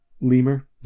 lemur